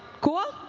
cool?